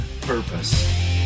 purpose